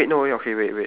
ya